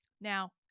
Now